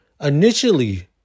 Initially